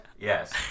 yes